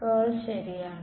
കേൾ ശരിയാണ്